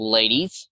ladies